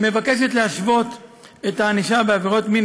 מבקשת להשוות את הענישה בעבירות מין